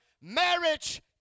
marriage